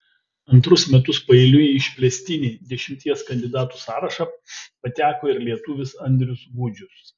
antrus metus paeiliui į išplėstinį dešimties kandidatų sąrašą pateko ir lietuvis andrius gudžius